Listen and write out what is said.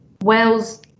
Wales